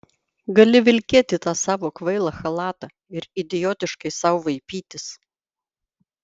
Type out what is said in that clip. gali vilkėti tą savo kvailą chalatą ir idiotiškai sau vaipytis